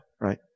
right